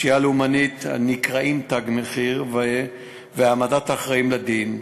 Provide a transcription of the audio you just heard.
ופשיעה לאומנית הנקראים "תג מחיר" והעמדת האחראים לדין,